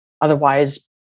otherwise